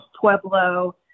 Pueblo